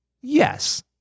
yes